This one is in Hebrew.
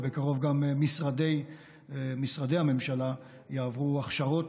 ובקרוב גם משרדי הממשלה יעברו הכשרות,